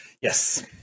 Yes